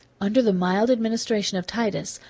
under the mild administration of titus,